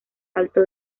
alto